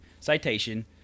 citation